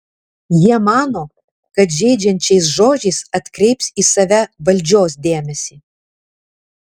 jie mano kad žeidžiančiais žodžiais atkreips į save valdžios dėmesį